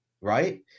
right